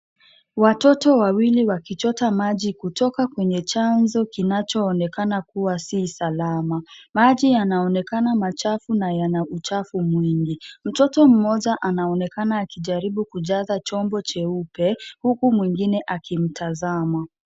Watoto wawili wakichota maji kutoka kwenye chanzo kinachoonekana kuwa si salama. Maji yanaonekana machafu na yana uchafu mwingi. Mtoto mmoja anaonekana akijaribu kujaza chombo cheupe, huku mwingine akimtazama.